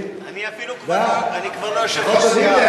אני כבר במפלגה אחרת, אחי.